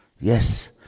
Yes